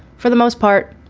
for the most part,